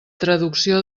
traducció